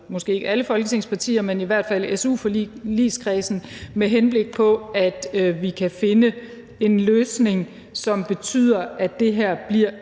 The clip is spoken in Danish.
måske ikke alle Folketingets partier, men i hvert fald su-forligskredsen, med henblik på at vi kan finde en løsning, som betyder, at det her bliver